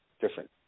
different